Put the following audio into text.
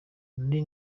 nari